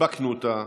וחיבקנו אותה